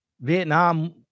Vietnam